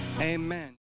amen